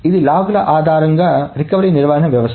ఇది లాగ్ల ఆధారంగా రికవరీ నిర్వహణ వ్యవస్థ